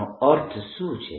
તેનો અર્થ શું છે